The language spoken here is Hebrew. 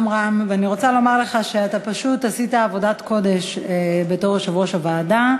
ואני רוצה לומר לך שאתה פשוט עשית עבודת קודש בתור יושב-ראש הוועדה,